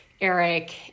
Eric